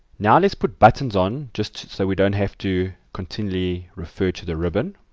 now let's put buttons on just so we don't have to continually refer to the ribbon.